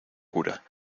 cura